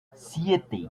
siete